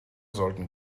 sollten